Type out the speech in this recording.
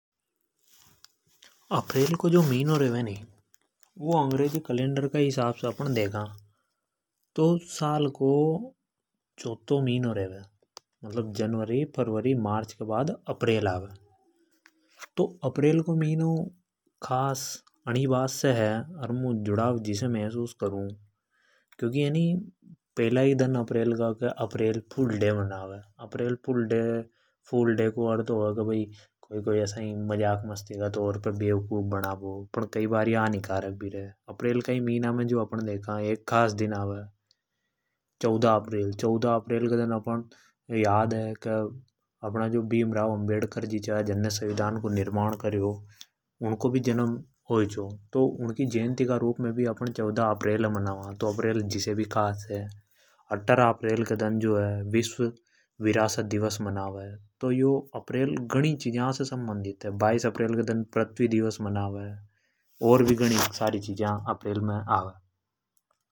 ﻿अप्रैल को जो मिन्यो रेवे नि जो अंगरजी कैलेंडर का हिसाब से अपन देखा तो साल को चौथा महीना रेवे। मतलब जनवरी फरवरी मार्च के बाद अप्रैल आवे। ई मिन्या की सबसे खास बड़ी बात है April fool April fool day. को ऐसा ही मजाक मस्ती का तोर प बेवकूफ बना बो। पर कई बार यो हानिकारक भी हो जावे। अप्रैल का महीना में जो आपने देखा एक खास दिन है 14 अप्रैल, 14 अप्रैल संविधान को निर्माण करबा हाला भीमराव जी उनको भी जन्म हो ई छो तो उनकी जयंती का रूप में भी अपने 14 अप्रैल अ मनावा। अर 18 अप्रैल का दन जो है विश्व विरासत दिवस मनाया तो यो अप्रैल गणि चिजा से संबंधित है। 22 अप्रैल के दिन पृथ्वी दिवस मनावा।